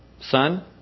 Son